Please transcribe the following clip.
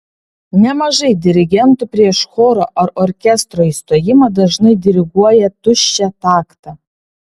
nemažai dirigentų prieš choro ar orkestro įstojimą dažnai diriguoja tuščią taktą